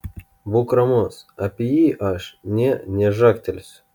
būk ramus apie jį aš nė nežagtelėsiu